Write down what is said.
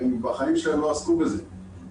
הם בחיים שלהם לא עסקו בזה.